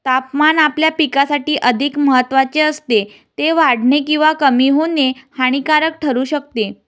तापमान आपल्या पिकासाठी अधिक महत्त्वाचे असते, ते वाढणे किंवा कमी होणे हानिकारक ठरू शकते